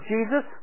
Jesus